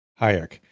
Hayek